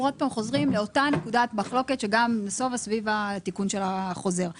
וגם לא על מצבים